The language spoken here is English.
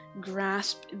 grasp